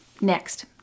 Next